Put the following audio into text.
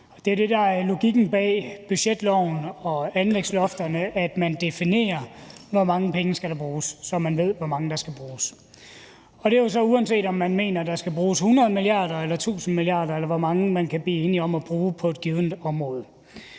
der er logikken bag budgetloven og anlægslofterne er, at man definerer, hvor mange penge der skal bruges, så man ved det på forhånd. Og det gælder jo så, uanset om man mener, der skal bruges 100 mia. kr. eller 1.000 mia. kr. – eller hvor mange penge man kan blive enige om at bruge på et givent område.